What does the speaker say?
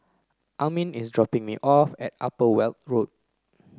Amin is dropping me off at Upper Weld Road